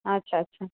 আচ্ছা আচ্ছা